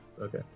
Okay